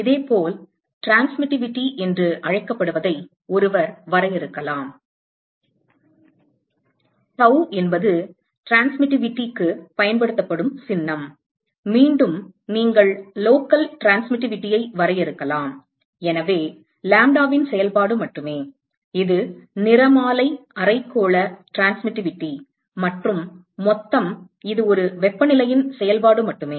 இதேபோல் டிரான்ஸ்மிட்டிவிட்டி என்று அழைக்கப்படுவதை ஒருவர் வரையறுக்கலாம் டவு என்பது டிரான்ஸ்மிட்டிவிட்டிக்கு பயன்படுத்தப்படும் சின்னம் மீண்டும் நீங்கள் லோக்கல் டிரான்ஸ்மிட்டிவிட்டியை வரையறுக்கலாம் எனவே லாம்ப்டாவின் செயல்பாடு மட்டுமே இது நிறமாலை அரைக்கோள டிரான்ஸ்மிட்டிவிட்டி மற்றும் மொத்தம் இது ஒரு வெப்பநிலையின் செயல்பாடு மட்டுமே